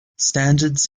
standards